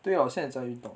对啊我现在也在运动